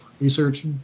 research